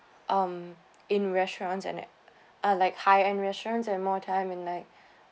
um in restaurants and it ah like high end restaurant and more time and like